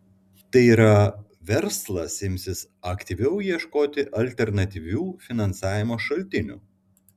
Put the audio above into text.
tai yra verslas imsis aktyviau ieškoti alternatyvių finansavimo šaltinių